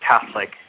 Catholic